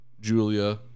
Julia